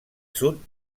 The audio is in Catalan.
sud